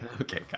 okay